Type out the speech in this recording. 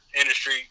industry